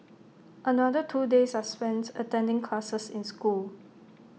another two days are spent attending classes in school